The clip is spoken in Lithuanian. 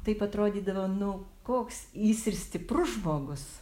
taip atrodydavo nu koks jis ir stiprus žmogus